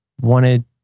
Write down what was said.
wanted